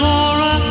Laura